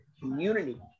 community